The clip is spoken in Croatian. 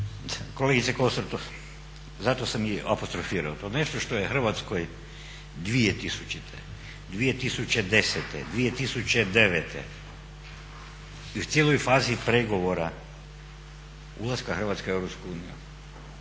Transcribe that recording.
Kolegice Kosor zato sam i apostrofirao to. Nešto što je Hrvatskoj 2000., 2009., 2010., u cijeloj fazi pregovora ulaska Hrvatske u